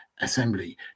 assembly